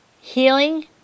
healing